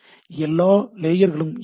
எல்லா லேயர்களும் இருக்கிறது